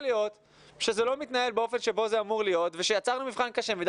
להיות שזה לא מתנהל באופן שבו אמור להיות ויצרנו מבחן קשה מדי,